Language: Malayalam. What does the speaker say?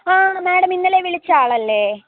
ആ മേടം ഇന്നലെ വിളിച്ച ആളല്ലേ